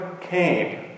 came